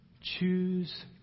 Choose